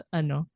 ano